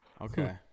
Okay